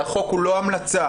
שהחוק הוא לא המלצה,